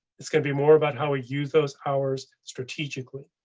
it's going to be more about how we use those hours strategically.